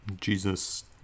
Jesus